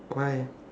why